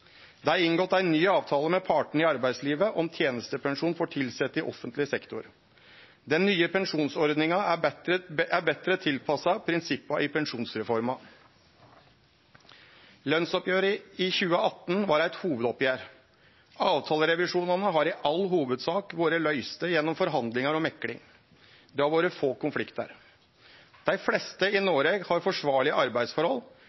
Det er inngått ein ny avtale med partane i arbeidslivet om tenestepensjon for tilsette i offentleg sektor. Den nye pensjonsordninga er betre tilpassa prinsippa i pensjonsreforma. Lønnsoppgjeret i 2018 var eit hovudoppgjer. Avtalerevisjonane har i all hovudsak vore løyste gjennom forhandlingar og mekling. Det har vore få konfliktar. Dei fleste i